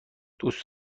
دوست